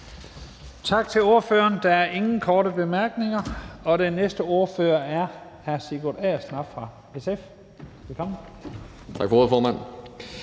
Tak til ordføreren. Der er ingen korte bemærkninger. Næste ordfører er hr. Sigurd Agersnap fra SF. Velkommen. Kl. 16:08 (Ordfører)